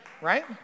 Right